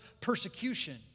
persecution